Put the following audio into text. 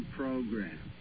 program